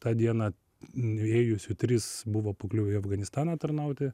tą dieną nuėjusių trys buvo pakliuvę į afganistaną tarnauti